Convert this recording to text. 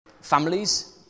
Families